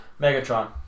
Megatron